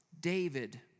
David